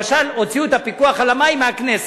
למשל, הוציאו את הפיקוח על המים מהכנסת.